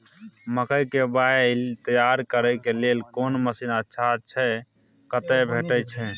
मकई के बाईल तैयारी करे के लेल कोन मसीन अच्छा छै ओ कतय भेटय छै